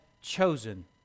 chosen